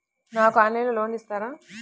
నాకు ఆన్లైన్లో లోన్ ఇస్తారా?